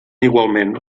igualment